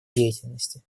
деятельности